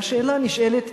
והשאלה הנשאלת,